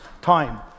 time